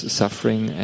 suffering